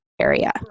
area